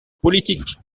politique